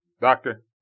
doctor